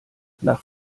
nach